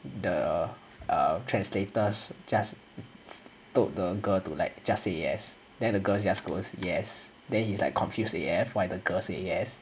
the uh translator just told the girl to like just say yes then the girl just goes yes then he's like confused A_F why the girl say yes